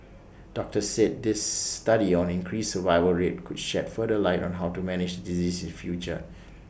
doctors said this study on increased survival rate could shed further light on how to manage disease the future